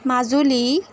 Majuli